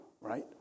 right